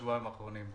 שבועיים האחרונים.